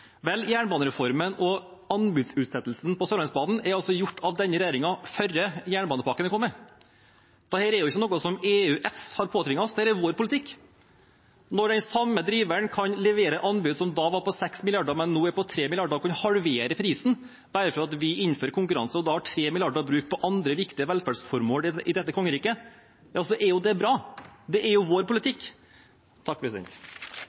Jernbanereformen og anbudsutsettelsen på Sørlandsbanen ble gjort av denne regjeringen før jernbanepakken kom. Dette er ikke noe som EØS har påtvunget oss. Dette er vår politikk. Når den samme driveren kan levere anbud som før var på 6 mrd. kr, men nå er på 3 mrd. kr, halvere prisen bare fordi vi innfører konkurranse, og vi da får 3 mrd. kr å bruke på andre viktige velferdsformål i dette kongeriket, da er det bra. Det er vår